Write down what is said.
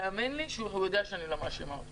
תאמין לי שהוא יודע שאני לא מאשימה אותו.